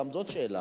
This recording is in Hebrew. גם זו שאלה.